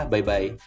Bye-bye